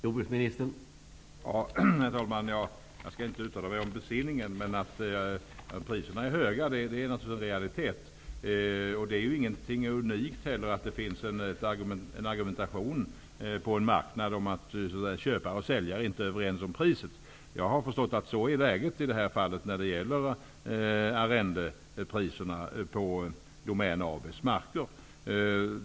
Herr talman! Jag skall inte uttala mig om besinningen. Men det är naturligtvis en realitet att priserna är höga. Det är inte unikt att man argumenterar på marknaden och att köparen och säljaren inte är överens om priset. Jag har förstått att det är så när det gäller priserna på Domän AB:s marker.